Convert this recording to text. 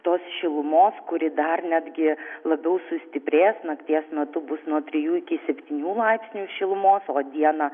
tos šilumos kuri dar netgi labiau sustiprės nakties metu bus nuo trijų iki septynių laipsnių šilumos o dieną